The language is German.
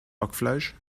hackfleisch